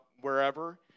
wherever